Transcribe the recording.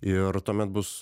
ir tuomet bus